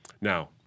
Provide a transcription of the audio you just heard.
Now